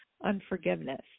unforgiveness